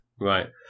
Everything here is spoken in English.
Right